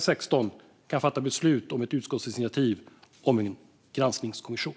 16 kan fatta beslut om ett utskottsinitiativ om en granskningskommission.